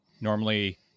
Normally